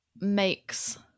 makes